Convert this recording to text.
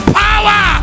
power